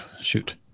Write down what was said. Shoot